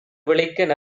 விளைக்க